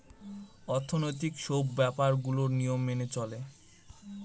অর্থনৈতিক সব ব্যাপার গুলোর নিয়ম মেনে চলে